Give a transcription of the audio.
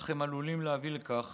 אך הם עלולים להביא לכך